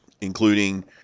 including